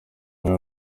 aba